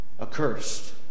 accursed